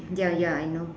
ya ya I know